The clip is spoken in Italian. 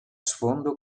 sfondo